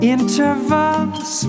Intervals